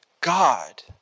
God